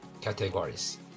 categories